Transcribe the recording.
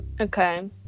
Okay